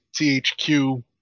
THQ